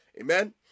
Amen